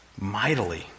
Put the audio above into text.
mightily